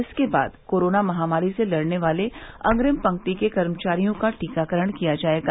इसके बाद कोरोना महामारी से लड़ने वाले अंग्रिम पंक्ति के कर्मचारियों का टीकाकरण किया जायेगा